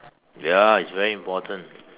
ya it's very important